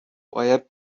باید